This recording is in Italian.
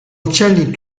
uccelli